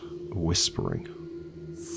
whispering